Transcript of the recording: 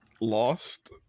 lost